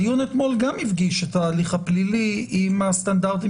הדיון אתמול גם הפגיש את ההליך הפלילי עם הסטנדרטים